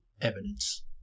evidence